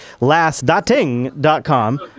Last.ting.com